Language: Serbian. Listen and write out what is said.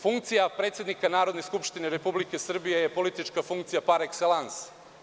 Funkcija predsednika Narodne skupštine Republike Srbije je politička funkcija, par ekselans.